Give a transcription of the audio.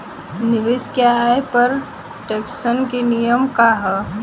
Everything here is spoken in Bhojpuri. निवेश के आय पर टेक्सेशन के नियम का ह?